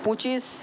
পঁচিশ